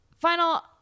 Final